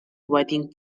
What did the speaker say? wedding